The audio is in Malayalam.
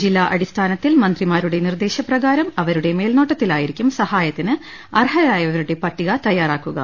ജില്ലാ അടിസ്ഥാനത്തിൽ മന്ത്രിമാരുടെ നിർദേശ പ്രകാരം അവ രുടെ മേൽനോട്ടത്തിലായിരിക്കും സഹായത്തിന് അർഹരായവ രുടെ പട്ടിക തയ്യാറാക്കുക